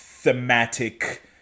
Thematic